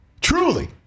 Truly